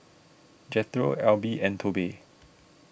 Jethro Alby and Tobe